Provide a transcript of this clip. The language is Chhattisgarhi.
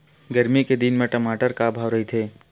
गरमी के दिन म टमाटर का भाव रहिथे?